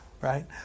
right